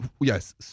Yes